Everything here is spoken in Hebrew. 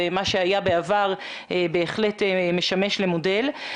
מה שהיה בעבר, בהחלט משמש מודל.